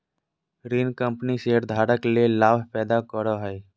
ऋण कंपनी शेयरधारक ले लाभ पैदा करो हइ